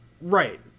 Right